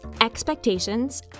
expectations